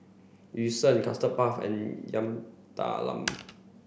Yu Sheng Custard Puff and Yam Talam